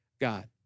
God